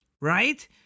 Right